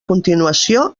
continuació